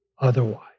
otherwise